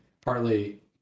partly